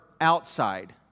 outside